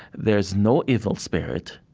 there is no evil spirit.